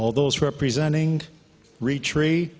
all those representing retreat